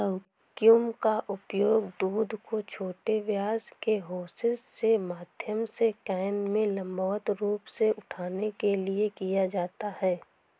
vacuum का उपयोग दूध को छोटे व्यास के होसेस के माध्यम से कैन में लंबवत रूप से उठाने के लिए किया जाता है